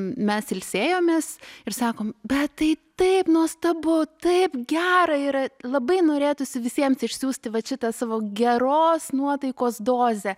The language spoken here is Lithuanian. mes ilsėjomės ir sakom bet tai taip nuostabu taip gera yra labai norėtųsi visiems išsiųsti vat šitą savo geros nuotaikos dozę